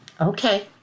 okay